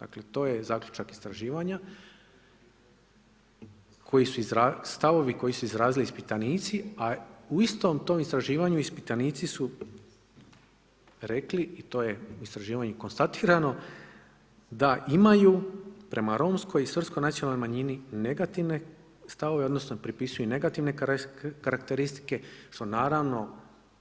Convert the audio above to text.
Dakle to je zaključak istraživanja, stavovi koji su izrazili ispitanici, a u istom tom istraživanju ispitanici su rekli i to je u istraživanju konstatirano da imaju prema Romskoj i Srpskoj nacionalnoj manjini negativne stavove odnosno pripisuju negativne karakteristike što naravno